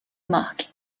mark